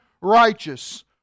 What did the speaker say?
righteous